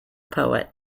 poet